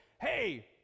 hey